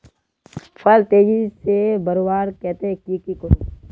फल तेजी से बढ़वार केते की की करूम?